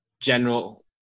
general